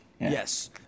Yes